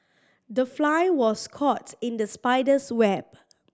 the fly was caught in the spider's web